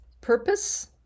purpose